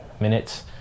minutes